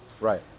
Right